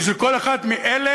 בשביל כל אחד מאלה